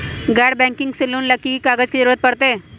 गैर बैंकिंग से लोन ला की की कागज के जरूरत पड़तै?